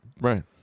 Right